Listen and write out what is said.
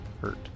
hurt